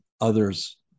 others